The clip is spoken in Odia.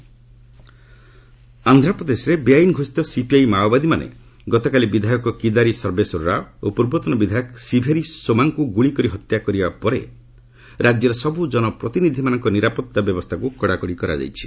ଏପି ସିକ୍ୟରିଟି ଆନ୍ଧ୍ରପ୍ରଦେଶରେ ବେଆଇନ୍ ସୋଷିତ ସିପିଆଇ ମାଓବାଦୀମାନେ ଗତକାଲି ବିଧାୟକ କିଦାରୀ ସର୍ବେସ୍ୱର ରାଓ ଓ ପୂର୍ବତନ ବିଧାୟକ ଶିଭେରି ସୋମାଙ୍କୁ ଗୁଳିକରି ହତ୍ୟା କରିବା ପରେ ରାଜ୍ୟର ସବୁ ଜନପ୍ରତିନିଧିମାନଙ୍କ ନିରାପତ୍ତା ବ୍ୟବସ୍ଥାକୁ କଡ଼ାକଡ଼ି କରାଯାଇଛି